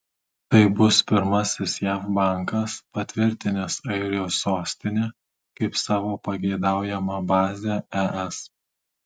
tai bus pirmasis jav bankas patvirtinęs airijos sostinę kaip savo pageidaujamą bazę es